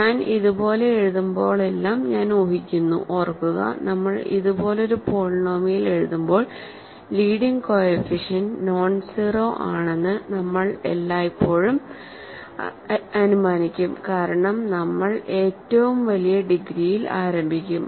ഞാൻ ഇതുപോലെ എഴുതുമ്പോഴെല്ലാം ഞാൻ ഊഹിക്കുന്നു ഓർക്കുക നമ്മൾ ഇതുപോലൊരു പോളിനോമിയൽ എഴുതുമ്പോൾ ലീഡിങ് കോഎഫിഷ്യന്റ് നോൺസീറോ ആണെന്ന് നമ്മൾ എല്ലായ്പ്പോഴും അനുമാനിക്കും കാരണം നമ്മൾ ഏറ്റവും വലിയ ഡിഗ്രിയിൽ ആരംഭിക്കും